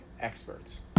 experts